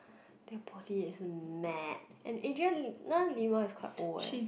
their body is mad and Adriana-Lima is quite old eh